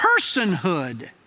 personhood